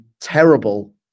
terrible